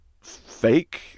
fake